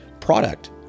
product